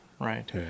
right